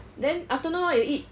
then afternoon what you eat